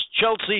Chelsea